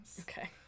Okay